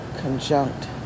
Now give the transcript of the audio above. conjunct